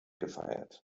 gefeiert